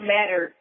Matter